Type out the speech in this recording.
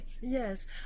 Yes